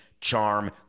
charm